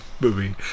movie